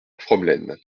fromelennes